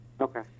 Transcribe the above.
okay